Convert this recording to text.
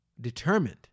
determined